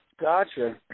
Gotcha